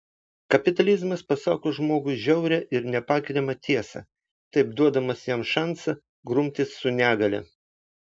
kapitalizmas pasako žmogui žiaurią ir nepakeliamą tiesą taip duodamas jam šansą grumtis su negalia